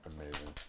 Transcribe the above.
amazing